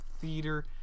theater